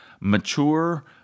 mature